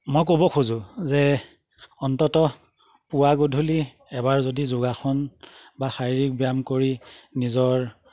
মই ক'ব খোজোঁ যে অন্ততঃ পুৱা গধূলি এবাৰ যদি যোগাসন বা শাৰীৰিক ব্যায়াম কৰি নিজৰ